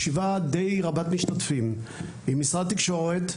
ישיבה די רבת משתתפים, עם משרד התקשורת,